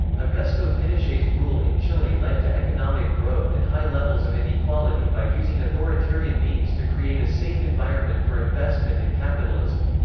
augusto pinochet's rule in chile led to economic growth and high levels of inequality by using authoritarian means to create a safe environment for investment and capitalism.